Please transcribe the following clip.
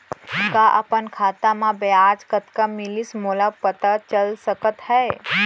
का अपन खाता म ब्याज कतना मिलिस मोला पता चल सकता है?